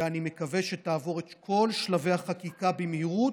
ואני מקווה שתעבור את כל שלבי החקיקה במהירות.